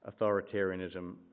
authoritarianism